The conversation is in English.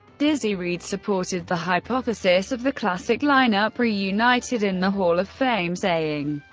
dizzy reed supported the hypothesis of the classic lineup reunited in the hall of fame, saying,